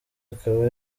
akaba